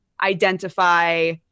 identify